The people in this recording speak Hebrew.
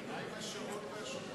מה עם השרון והשומרון?